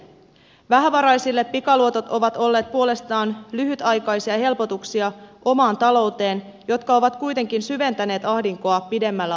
vähävaraisille pikaluotot ovat olleet puolestaan lyhytaikaisia helpotuksia omaan talouteen mutta ne ovat kuitenkin syventäneet ahdinkoa pidemmällä aikavälillä